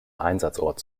einsatzort